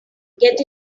get